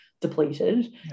depleted